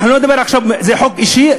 זה חוק אישי?